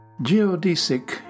Geodesic